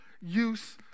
use